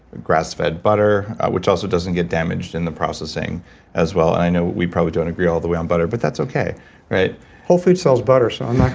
grass fed butter, which also doesn't get damaged in the processing as well. i know, we probably don't agree all the way on butter but that's okay whole foods sells butter, so um i'm